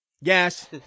yes